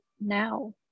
now